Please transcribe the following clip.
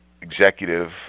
executive